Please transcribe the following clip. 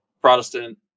Protestant